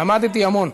למדתי המון.